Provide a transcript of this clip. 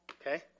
Okay